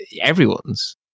everyone's